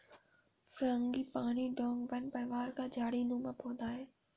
frangipani डोंगवन परिवार का झाड़ी नुमा पौधा है